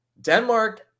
Denmark